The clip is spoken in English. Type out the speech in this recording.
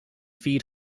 feed